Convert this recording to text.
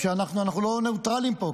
אנחנו לא ניטרליים פה,